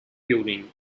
building